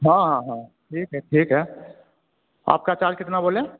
हाँ हाँ ठीक है ठीक है आपका चार्ज कितना बोले